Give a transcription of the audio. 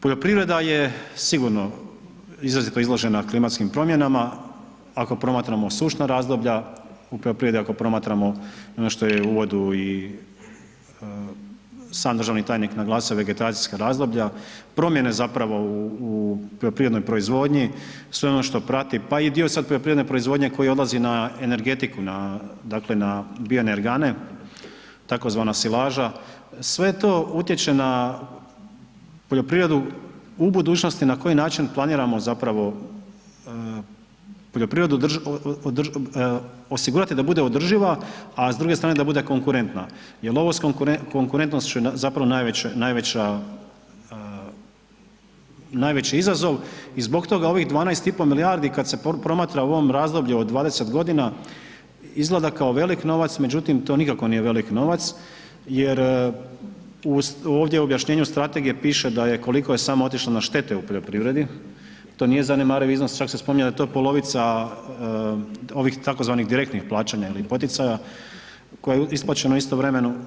Poljoprivreda je sigurno izrazito izložena klimatskim promjenama ako promatramo sušna razdoblja, u poljoprivredi ako promatramo, nešto je u uvodu i sam državni tajnik naglasio vegetacijska razdoblja, promjene zapravo u poljoprivrednoj proizvodnji, sve ono što prati, pa i dio sad poljoprivredne proizvodnje koji odlazi na energetiku, na, dakle na bioenergane, tako zvana silaža, sve to utječe na poljoprivredu u budućnosti na koji način planiramo zapravo poljoprivredu, osigurati da bude održiva, a s druge strane da bude konkurentna, jer ovo s konkurentnošću zapravo najveća, najveći izazov i zbog toga ovih 12 i po milijardi kad se promatra u ovom razdoblju od 20 godina, izgleda kao velik novac, međutim to nikako nije velik novac, jer ovdje u objašnjenju Strategije piše da je koliko je samo otišlo na štete u poljoprivredi, to nije zanemariv iznos, čak se spominje da je to polovica ovih tako zvanih direktnih plaćanja ili poticaja koje je isplaćeno istovremeno.